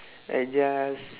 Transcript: I just